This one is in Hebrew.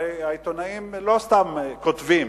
הרי העיתונאים לא סתם כותבים,